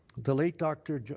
the late dr.